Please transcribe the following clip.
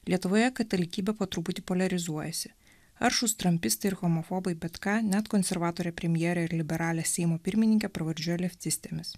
lietuvoje katalikybė po truputį poliarizuojasi aršūs trampistai ir homofobai bet ką net konservatorė premjerė ir liberalės seimo pirmininkė pravardžiuoja leftistinėmis